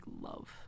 love